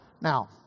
Now